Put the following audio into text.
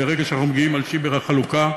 ברגע שאנחנו מגיעים אל שיבר החלוקה,